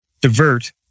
divert